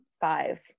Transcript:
five